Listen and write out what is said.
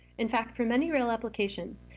in fact, for many real applications,